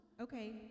Okay